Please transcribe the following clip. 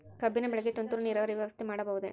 ಕಬ್ಬಿನ ಬೆಳೆಗೆ ತುಂತುರು ನೇರಾವರಿ ವ್ಯವಸ್ಥೆ ಮಾಡಬಹುದೇ?